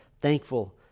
thankful